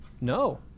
No